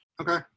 Okay